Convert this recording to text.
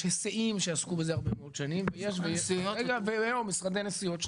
היסעים שעסקו בזה הרבה מאוד שנים ויש משרדי נסיעות.